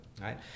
right